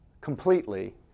completely